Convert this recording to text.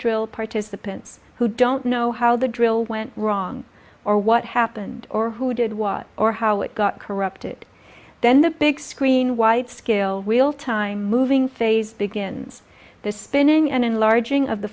drill participants who don't know how the drill went wrong or what happened or who did watch or how it got corrupted then the big screen widescale real time moving phase begins the spinning and enlarging of the